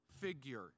figure